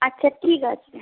আচ্ছা ঠিক আছে